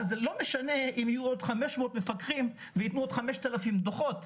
אז זה לא משנה אם יהיו עוד 500 מפקחים ויתנו עוד 5,000 דוחות.